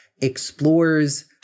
explores